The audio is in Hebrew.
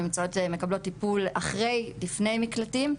מקבלות טיפול אחרי/לפני מקלטים,